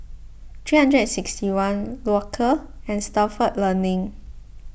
sixty one Loacker and Stalford Learning